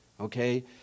okay